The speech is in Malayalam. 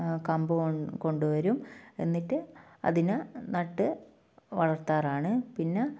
കമ്പ് കൊണ്ടുവരും എന്നിട്ട് അതിനെ നട്ട് വളർത്താറാണ് പിന്നെ